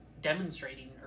demonstrating